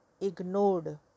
ignored